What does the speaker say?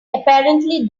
apparently